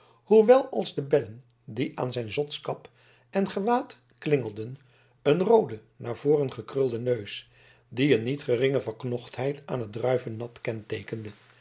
zoowel als de bellen die aan zijn zotskap en gewaad klingelden een roode naar boven gekrulde neus die een niet geringe verknochtheid aan het druivennat